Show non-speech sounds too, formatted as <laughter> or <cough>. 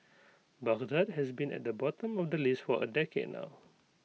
<noise> Baghdad has been at the bottom of the list for A decade now